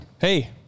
hey